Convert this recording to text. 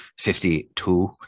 52